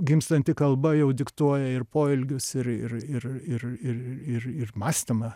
gimstanti kalba jau diktuoja ir poelgius ir ir ir ir ir ir ir mąstymą